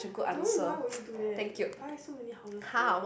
don't know why will you do that buy so many houses for what